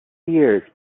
years